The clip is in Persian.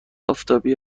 آفتابی